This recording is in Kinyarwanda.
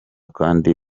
kandi